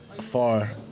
far